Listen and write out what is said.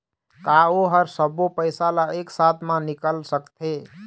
का ओ हर सब्बो पैसा ला एक साथ म निकल सकथे?